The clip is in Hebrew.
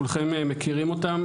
כולכם מכירים אותם,